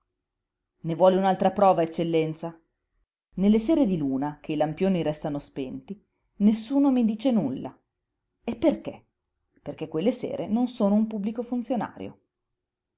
ne vuole un'altra prova eccellenza nelle sere di luna che i lampioni restano spenti nessuno mi dice nulla e perché perché quelle sere non sono un pubblico funzionario